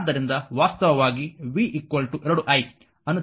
ಆದ್ದರಿಂದ ವಾಸ್ತವವಾಗಿ v 2i ಅನ್ನು ತೆಗೆದುಕೊಂಡರೆ i 8